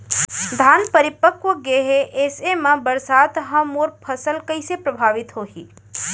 धान परिपक्व गेहे ऐसे म बरसात ह मोर फसल कइसे प्रभावित होही?